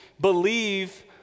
believe